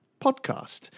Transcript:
podcast